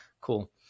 Cool